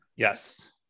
Yes